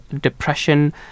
depression